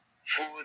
food